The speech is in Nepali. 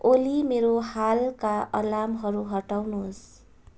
ओली मेरो हालका अलार्महरू हटाउनुहोस्